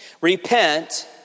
Repent